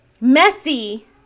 messy